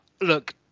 look